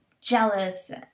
jealous